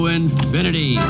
infinity